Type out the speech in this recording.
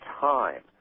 time